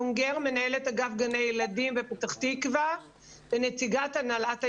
אני מנהלת אגף גני ילדים בפתח תקווה ונציגת הנהלת האיגוד.